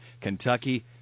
Kentucky